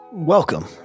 Welcome